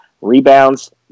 Rebounds